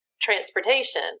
transportation